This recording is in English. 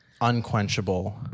unquenchable